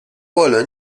沃伦